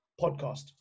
podcast